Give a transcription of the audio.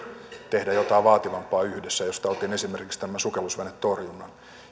tehdä jotain vaativampaa yhdessä josta otin esimerkiksi tämän sukellusvenetorjunnan